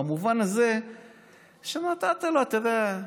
במובן הזה שנתת לו, אתה יודע,